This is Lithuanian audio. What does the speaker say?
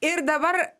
ir dabar